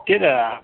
त्यही त